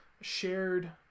shared